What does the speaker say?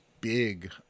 big